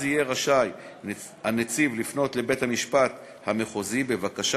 אז יהיה רשאי הנציב לפנות לבית-המשפט המחוזי בבקשה